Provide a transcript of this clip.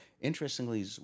interestingly